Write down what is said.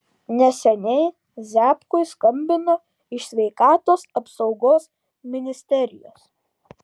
neseniai ziabkui skambino iš sveikatos apsaugos ministerijos